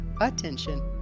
attention